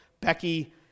Becky